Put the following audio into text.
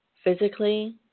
physically